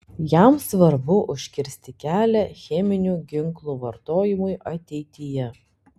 jam svarbu užkirsti kelią cheminių ginklų vartojimui ateityje